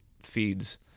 feeds